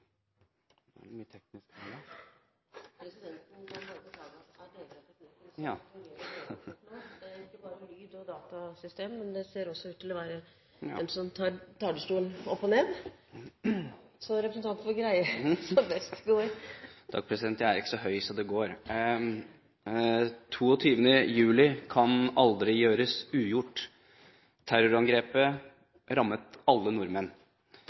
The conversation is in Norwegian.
ikke bare lyd- og datasystemet, men det ser også ut til å være den teknikken som tar talerstolen opp og ned, så representanten får greie seg som best han kan. Jeg er ikke så høy, så det går. Den 22. juli kan aldri gjøres ugjort. Terrorangrepet rammet alle nordmenn.